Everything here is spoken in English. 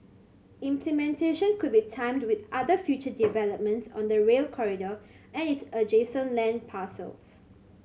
implementation could be timed with other future developments on the Rail Corridor and its adjacent land parcels